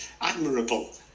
admirable